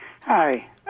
Hi